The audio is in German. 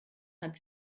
hat